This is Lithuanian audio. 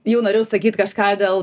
jau norėjau sakyt kažką dėl